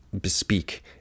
bespeak